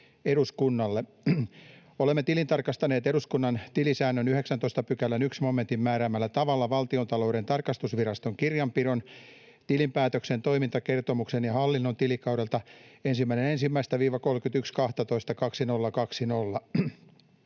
Olemme tilintarkastaneet eduskunnan tilisäännön 19 §:n 1 momentin määräämällä tavalla Valtiontalouden tarkastusviraston kirjanpidon, tilinpäätöksen, toimintakertomuksen ja hallinnon tilikaudelta 1.1.—31.12.2020.